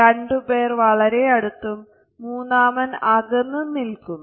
രണ്ടു പേർ വളരെ അടുത്തും മൂന്നാമൻ അകന്നും നില്ക്കുന്നു